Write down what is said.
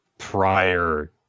prior